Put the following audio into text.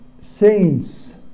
saints